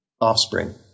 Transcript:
offspring